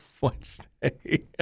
Wednesday